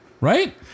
Right